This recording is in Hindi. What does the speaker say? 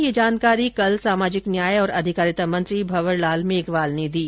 यह जानकारी कल सामाजिक न्याय और अधिकारिता मंत्री भवर लाल मेघवाल ने दी